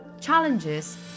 challenges